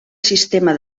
sistema